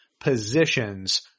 positions